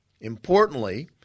Importantly